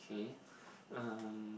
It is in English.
okay um